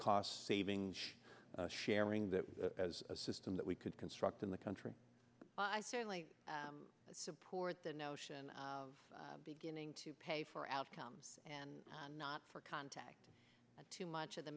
cost savings sharing that as a system that we could construct in the country i certainly support the notion of beginning to pay for outcomes and not for contact too much of the